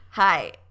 Hi